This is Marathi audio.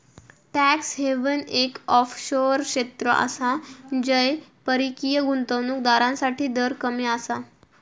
टॅक्स हेवन एक ऑफशोअर क्षेत्र आसा जय परकीय गुंतवणूक दारांसाठी दर कमी आसा